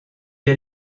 est